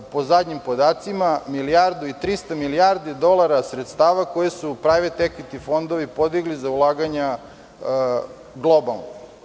Po poslednjim podacima, vi imate milijardu i 300 milijardi dolara sredstava koji su private equity fondovi podigli za ulaganja globalno.